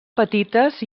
petites